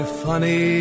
funny